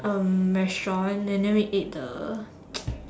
um restaurants and then we ate the